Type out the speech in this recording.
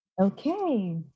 Okay